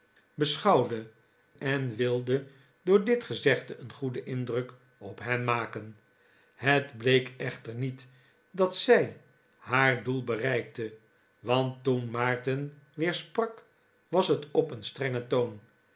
beschouwde en wilde door dit gezegde een goeden indruk op hem maken het bleek echter niet dat zij haar doel bereikte want toen maarten weer sprak r was het op een strengen toon